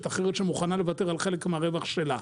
אחרת שמוכנה לוותר על חלק מהרווח שלה,